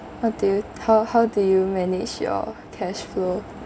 what do you how how do you manage your cash flow